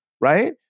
Right